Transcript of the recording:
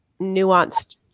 nuanced